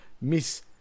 Miss